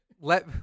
let